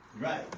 Right